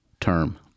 term